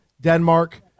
Denmark